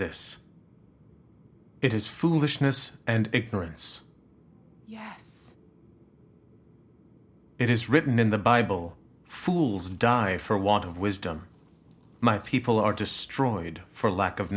this it is foolishness and ignorance yes it is written in the bible fools die for want of was done my people are destroyed for lack of